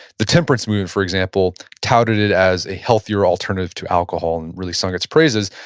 the temperance movement for example touted it as a healthier alternative to alcohol and really sung it's praises,